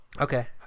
Okay